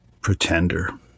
pretender